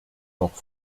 noch